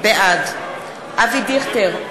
בעד אבי דיכטר,